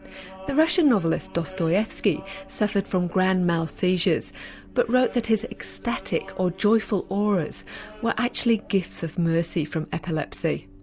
the russian novelist dostoevsky suffered from grande mal seizures but wrote that his ecstatic or joyful auras were actually gifts of mercy from epilepsy.